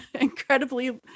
incredibly